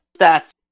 stats